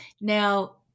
Now